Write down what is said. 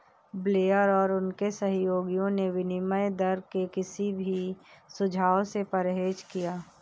Blair और उनके सहयोगियों ने विनिमय दर के किसी भी सुझाव से परहेज किया